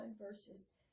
verses